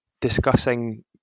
discussing